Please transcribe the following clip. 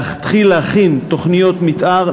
להתחיל להכין תוכניות מתאר,